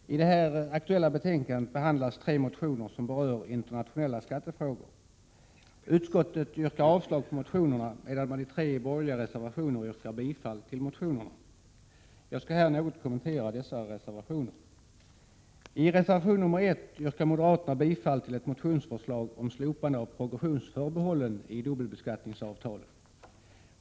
Fru talman! I det aktuella betänkandet behandlas tre motioner som berör internationella skattefrågor. Utskottet yrkar avslag på motionerna, medan man i tre borgerliga reservationer yrkar bifall till motionerna. Jag skall här något kommentera dessa reservationer. I reservation 1 yrkar moderaterna bifall till ett motionsförslag om slopande av progressionsförbehållen i dubbelbeskattningsavtalen.